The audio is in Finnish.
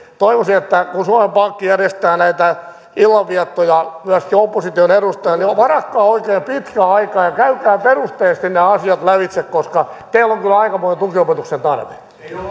että kun suomen pankki järjestää näitä illanviettoja myöskin opposition edustajille niin varatkaa oikein pitkä aika ja käykää perusteellisesti nämä asiat lävitse koska teillä on kyllä aikamoinen tukiopetuksen tarve